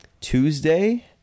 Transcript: Tuesday